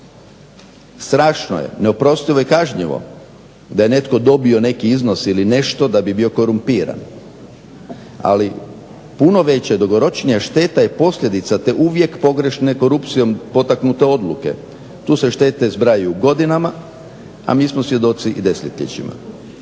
Strašno je, neoprostivo i kažnjivo da je netko dobio neki iznos ili nešto da bi bio korumpiran, ali puno veća, dugoročnija šteta je posljedica te uvijek pogrešne korupcijom potaknute odluke. Tu se štete zbrajaju godinama, a mi smo svjedoci i desetljećima.